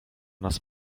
nas